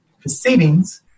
proceedings